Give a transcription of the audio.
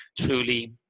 truly